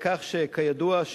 כידוע,